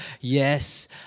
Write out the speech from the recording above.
Yes